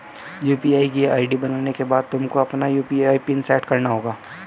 UPI की ID बनाने के बाद तुमको अपना यू.पी.आई पिन सैट करना होगा